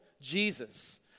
Jesus